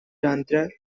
tantra